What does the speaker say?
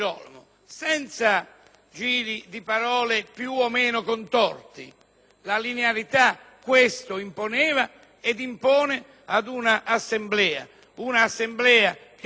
la linearità questo imponeva e impone ad un'Assemblea che all'unanimità ha fatto una proposta tramite un organo